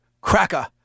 cracker